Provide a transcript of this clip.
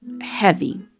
heavy